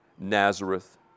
Nazareth